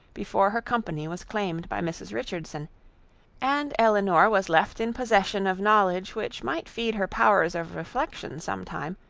before her company was claimed by mrs. richardson and elinor was left in possession of knowledge which might feed her powers of reflection some time,